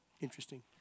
interesting